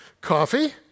Coffee